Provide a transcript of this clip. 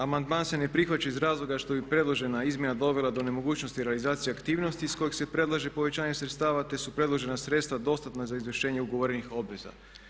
Amandman se ne prihvaća iz razloga što bi predložena izmjena dovela do nemogućnost realizacija aktivnosti iz kojeg se predlaže povećanje sredstava te su predložena sredstva dostatna za izvršenje ugovorenih obveza.